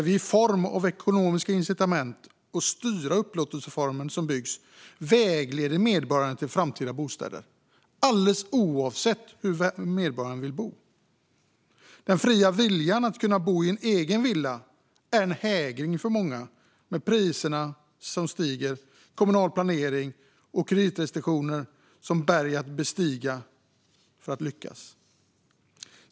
Vi vägleder medborgarna till framtida bostäder genom ekonomiska incitament och styrning av den upplåtelseform som byggs, alldeles oavsett hur medborgarna vill bo. Den fria viljan att bo i en egen villa är en hägring för många med stigande priser, kommunal planering och kreditrestriktioner som berg att bestiga för att lyckas.